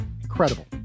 incredible